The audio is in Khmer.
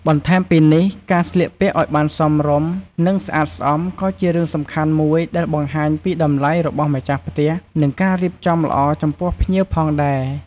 បន្ថែមពីនេះ ការស្លៀកពាក់ឲ្យបានសមរម្យ និងស្អាតស្អំ ក៏ជារឿងសំខាន់មួយដែលបង្ហាញពីតម្លៃរបស់ម្ចាស់ផ្ទះ និងការរៀបចំល្អចំពោះភ្ញៀវផងដែរ។